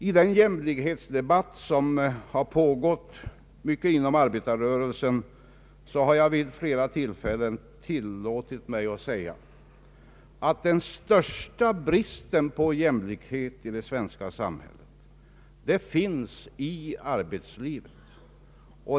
I den jämlikhetsdebatt som har pågått mycket inom arbetarrörelsen har jag vid flera tillfällen tillåtit mig att säga att den största bristen på jämlikhet i det svenska samhället finns i arbetslivet.